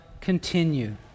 continue